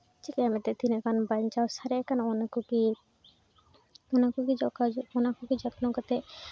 ᱪᱤᱠᱟᱭᱟᱢ ᱛᱤᱱᱟᱹᱜ ᱜᱟᱱ ᱵᱟᱧᱪᱟᱣ ᱥᱟᱨᱮᱡ ᱠᱟᱱᱟ ᱚᱱᱟ ᱠᱚᱜᱮ ᱚᱱᱟ ᱠᱚᱜᱮ ᱡᱚᱛᱱᱚ ᱚᱱᱟ ᱠᱚᱜᱮ ᱡᱚᱛᱱᱚ ᱠᱟᱛᱮ